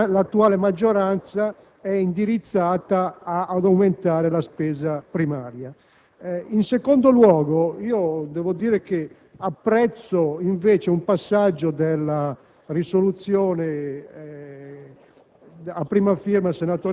del precedente Governo negli ultimi cinque anni. L'aumento della spesa corrente primaria si è verificato in modo particolare durante l'ultima legislatura, per circa 90 miliardi di euro. Mi sembra assolutamente contraddittorio che